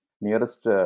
nearest